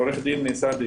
עורך הדין סעדי,